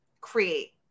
create